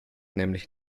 nämlich